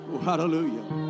hallelujah